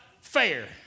fair